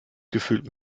gefühlt